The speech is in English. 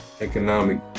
economic